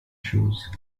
shows